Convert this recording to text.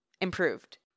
improved